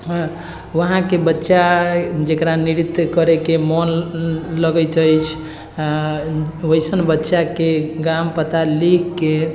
हँ वहाँके बच्चा जेकरा नृत्य करयके मन लगैत अछि ओहन बच्चाके गाम पता लिखके